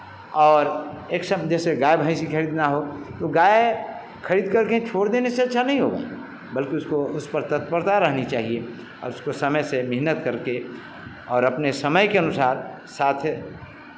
और एक सब जैसे गाय भैंसी खरीदना हो तो गाय खरीद कर के छोड़ देने से अच्छा नहीं होगा बल्कि उसको उस पर तत्परता रहनी चाहिए और उसको समय से मेहनत करके और अपने समय के अनुसार साथ